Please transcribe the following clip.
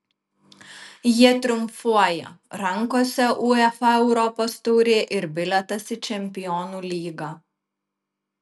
jie triumfuoja rankose uefa europos taurė ir bilietas į čempionų lygą